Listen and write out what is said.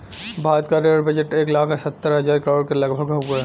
भारत क rail budget एक लाख सत्तर हज़ार करोड़ के लगभग हउवे